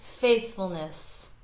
faithfulness